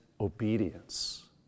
obedience